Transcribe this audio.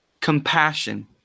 compassion